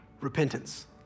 repentance